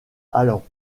allen